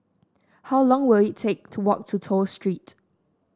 how long will it take to walk to Toh Street